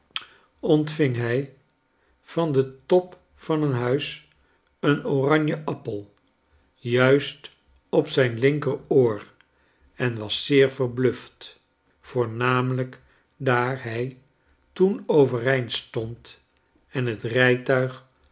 ontving hij van den top van een huis een oranjeappel juist op zijn linkeroor en was zeer verbluft yoornamelijk daar hij toen overeind stond en het rijtuig